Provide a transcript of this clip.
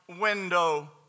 window